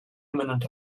imminent